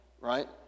right